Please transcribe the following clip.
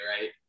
right